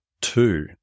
two